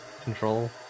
control